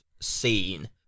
scene